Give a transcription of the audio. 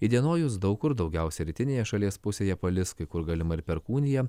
įdienojus daug kur daugiausiai rytinėje šalies pusėje palis kai kur galima ir perkūnija